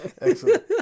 Excellent